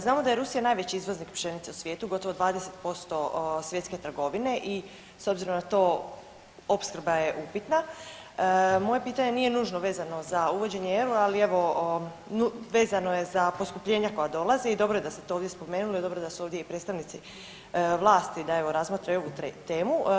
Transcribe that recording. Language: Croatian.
Znamo da je Rusija najveći izvoznik pšenice u svijetu, gotovo 20% svjetske trgovine i s obzirom na to opskrba je upitna, moje pitanje nije nužno vezano za uvođenje eura, ali evo vezano je za poskupljenja koja dolaze i dobro je da ste to ovdje spomenuli i dobro je da su ovdje i predstavnici vlasti da evo razmotre i ovu temu.